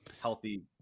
healthy